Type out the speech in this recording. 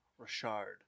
Rashard